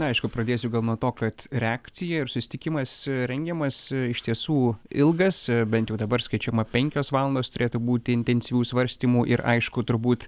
na aišku pradėsiu gal nuo to kad reakcija ir susitikimas rengiamas iš tiesų ilgas bent jau dabar skaičiuojama penkios valandos turėtų būti intensyvių svarstymų ir aišku turbūt